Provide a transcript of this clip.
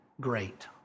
great